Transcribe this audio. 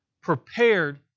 prepared